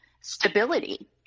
stability